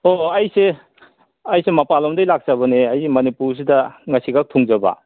ꯍꯣ ꯑꯩꯁꯦ ꯑꯩꯁꯦ ꯃꯄꯥꯟ ꯂꯣꯝꯗꯩ ꯂꯥꯛꯆꯕꯅꯦ ꯑꯩꯁꯦ ꯃꯅꯤꯄꯨꯔꯁꯤꯗ ꯉꯁꯤ ꯈꯛ ꯊꯨꯡꯖꯕ